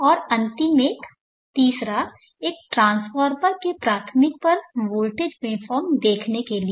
और अंतिम एक तीसरा एक ट्रांसफार्मर के प्राथमिक पर वोल्टेज वेवफॉर्म देखने के लिए